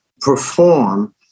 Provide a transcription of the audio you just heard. perform